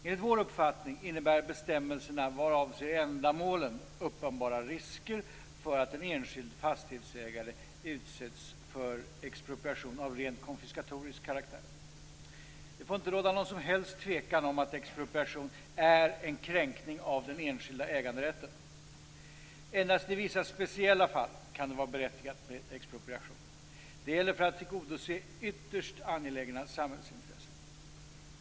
Enligt vår uppfattning innebär bestämmelserna vad avser ändamålen uppenbara risker för att en enskild fastighetsägare utsätts för expropriation av rent konfiskatorisk karaktär. Det får inte råda någon som helst tvekan om att expropriation är en kränkning av den enskilda äganderätten. Endast i vissa speciella fall kan det vara berättigat med en expropriation. Det gäller för att tillgodose ytterst angelägna samhällsintressen.